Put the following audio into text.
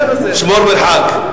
שמור מרחק.